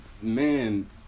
Man